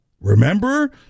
Remember